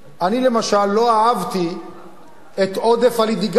אני למשל לא אהבתי את עודף הליטיגציה,